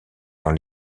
dans